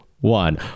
One